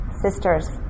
sisters